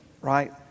right